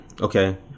Okay